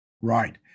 Right